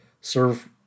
serve